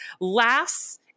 laughs